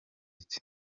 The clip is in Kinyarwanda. iki